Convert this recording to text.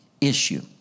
issue